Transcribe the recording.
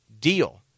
deal